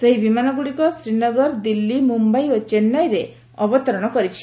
ସେହି ବିମାନଗୁଡ଼ିକ ଶ୍ରୀନଗର ଦିଲ୍ଲୀ ମୁମ୍ବାଇ ଓ ଚେନ୍ନାଇରେ ଅବତରଣ କରିଛି